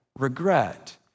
regret